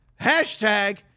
hashtag